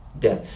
death